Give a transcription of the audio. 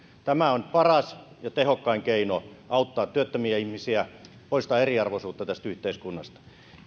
tämä on paras ja tehokkain keino auttaa työttömiä ihmisiä poistaa eriarvoisuutta tästä yhteiskunnasta